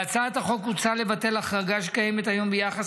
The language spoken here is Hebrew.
בהצעת החוק מוצע לבטל החרגה שקיימת היום ביחס